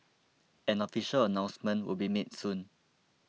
an official announcement would be made soon